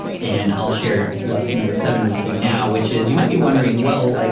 and i'll share lesson number seven with you now, which is you might be wondering, well, like,